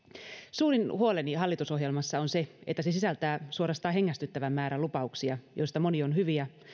suurin huoleni hallitusohjelmassa on se että se sisältää suorastaan hengästyttävän määrän lupauksia joista moni on hyvä